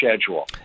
schedule